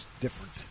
different